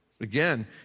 Again